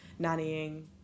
nannying